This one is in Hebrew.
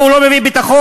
והוא לא מביא ביטחון.